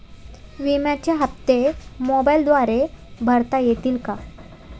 विम्याचे हप्ते मोबाइलद्वारे भरता येतील का?